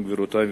גבירותי ורבותי,